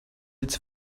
its